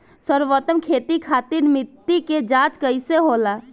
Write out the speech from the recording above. सर्वोत्तम खेती खातिर मिट्टी के जाँच कइसे होला?